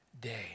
day